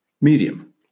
Medium